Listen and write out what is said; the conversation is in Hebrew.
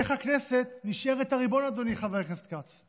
איך הכנסת נשארת הריבון, אדוני חבר הכנסת כץ?